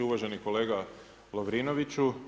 Uvaženi kolega Lovrinoviću.